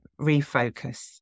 refocus